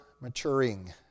maturing